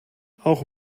auch